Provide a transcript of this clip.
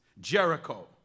Jericho